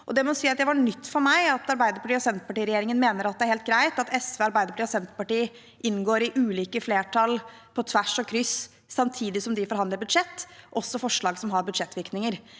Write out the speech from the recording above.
det var nytt for meg at Arbeiderparti–Senterparti-regjeringen mener det er helt greit at SV, Arbeiderpartiet og Senterpartiet inngår i ulike flertall på kryss og tvers, samtidig som de forhandler budsjett – også forslag som har budsjettvirkninger.